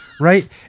Right